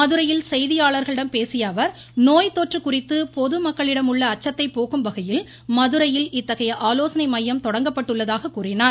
மதுரையில் செய்தியாளர்களிடம் பேசிய அவர் நோய் தொற்று குறித்து பொதுமக்களிடமுள்ள அச்சத்தை போக்கும் வகையில் மதுரையில் இத்தகைய ஆலோசனை மையம் தொடங்கப்பட்டுள்ளதாக கூறினார்